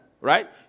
Right